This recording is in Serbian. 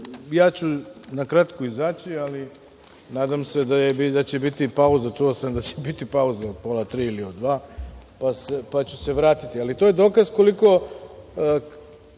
dokument. Na kratko ću izaći, nadam se da će biti pauza, čuo sam da će biti pauza od pola tri ili od dva, pa ću se vratiti, ali to je dokaz kakve